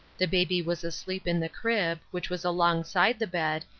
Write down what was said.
the baby was asleep in the crib, which was alongside the bed,